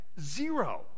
zero